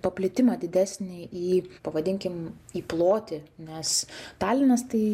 paplitimą didesnį į pavadinkim į plotį nes talinas tai